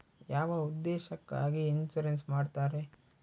ಯಾವ ಉದ್ದೇಶಕ್ಕಾಗಿ ಇನ್ಸುರೆನ್ಸ್ ಮಾಡ್ತಾರೆ?